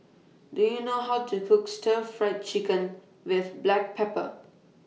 Do YOU know How to Cook Stir Fried Chicken with Black Pepper